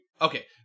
Okay